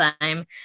time